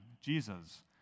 Jesus